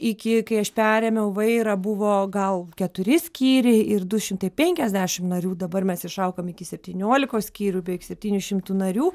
iki kai aš perėmiau vairą buvo gal keturi skyriai ir du šimtai penkiasdešim narių dabar mes išaugom iki septyniolikos skyrių beveik septynių šimtų narių